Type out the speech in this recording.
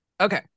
Okay